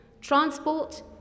Transport